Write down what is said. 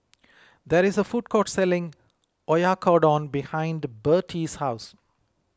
there is a food court selling Oyakodon behind Birtie's house